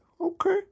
okay